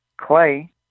Clay